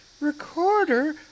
Recorder